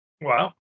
Wow